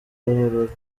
ruhurura